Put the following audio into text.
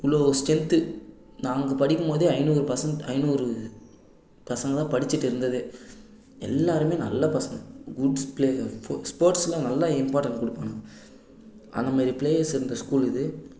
இவ்வளோ ஸ்ட்ரென்த்து நாங்கள் படிக்கும் போதே ஐந்நூறு பசங்க ஐந்நூறு பசங்க தான் படிச்சுட்டு இருந்ததே எல்லோருமே நல்ல பசங்க குட்ஸ் ப்ளேயர் ஸ்போர்ட்ஸ் ஸ்போர்ட்ஸில் நல்ல இம்பார்டென்ட் கொடுப்பாங்க அந்தமாரி ப்ளேயர்ஸ் இருந்த ஸ்கூல் இது